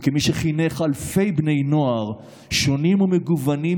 וכמי שחינך אלפי בני נוער שונים ומגוונים,